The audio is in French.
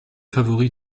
favori